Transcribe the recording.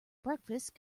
breakfast